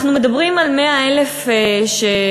אנחנו מדברים על 100,000 שמתפרנסים,